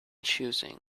choosing